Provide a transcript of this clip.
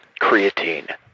creatine